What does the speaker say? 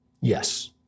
Yes